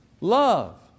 Love